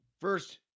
First